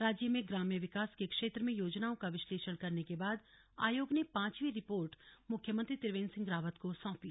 राज्य में ग्राम्य विकास के क्षेत्र में योजनाओं का विश्लेषण करने के बाद आयोग ने पांचवीं रिपोर्ट मुख्यमंत्री त्रिवेन्द्र सिंह रावत को सौंपी